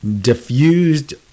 diffused